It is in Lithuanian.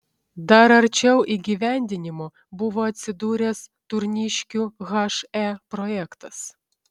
dar arčiau įgyvendinimo buvo atsidūręs turniškių he projektas